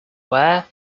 where